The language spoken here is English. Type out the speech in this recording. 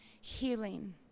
healing